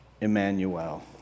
Emmanuel